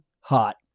hot